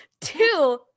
two